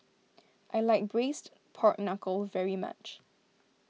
I like Braised Pork Knuckle very much